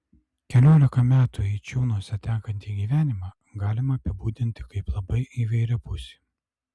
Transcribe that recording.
keliolika metų eičiūnuose tekantį gyvenimą galima apibūdinti kaip labai įvairiapusį